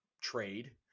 trade